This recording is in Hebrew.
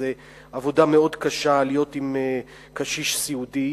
זו עבודה מאוד קשה להיות עם קשיש סיעודי,